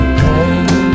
pain